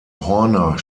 horner